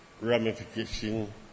ramification